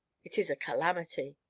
it is a calamity!